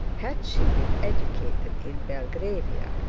had she been educated in belgravia,